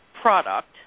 product